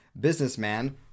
businessman